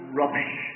rubbish